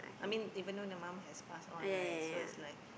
I mean even though the mom has passed on right so is like